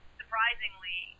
surprisingly